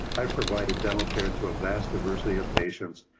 i've provided dental care to a vast diversity of patients.